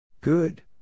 Good